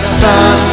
sun